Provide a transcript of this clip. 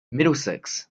middlesex